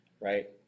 right